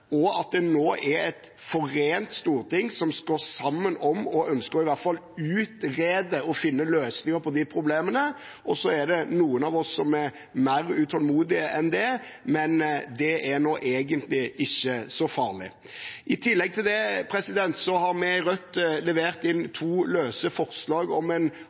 og at det nå et forent storting som står sammen om i hvert fall et ønske om å utrede og finne løsninger på de problemene. Så er det noen av oss som er mer utålmodige enn det, men det er egentlig ikke så farlig. I tillegg til det har vi i Rødt levert inn to løse forslag om